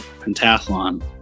Pentathlon